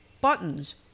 buttons